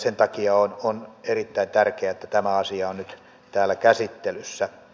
sen takia on erittäin tärkeää että tämä asia on nyt täällä käsittelyssä